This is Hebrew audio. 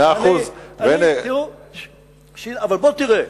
לא, מאה אחוז אבל בוא תראה.